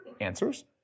answers